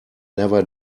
never